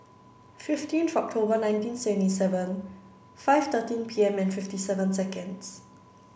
fifteenth October nineteen seventy seven five thirteen P M and fifty seven seconds